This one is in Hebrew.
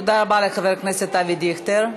תודה רבה לחבר הכנסת אבי דיכטר.